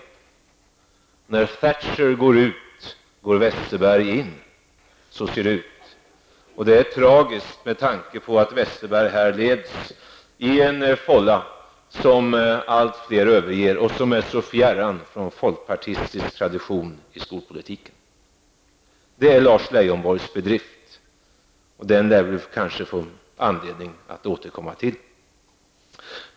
Men när Thatcher går ut, går Westerberg in! Så ser det ut, och det är tragiskt med tanke på att Westerberg här leds in i en fålla som allt fler överger och som är så fjärran från folkpartistisk tradition i skolpolitiken. Detta är Lars Leijonborgs bedrift, och den lär vi kanske få anledning att återkomma till.